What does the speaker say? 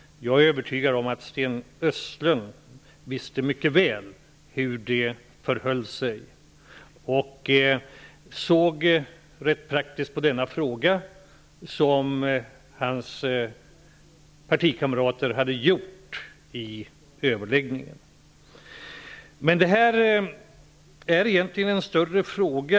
Jag är övertygad om att Sten Östlund visste mycket väl hur det förhöll sig och att han såg lika praktiskt på denna fråga som hans partikamrater hade gjort vid överläggningen. Det här är egentligen en större fråga.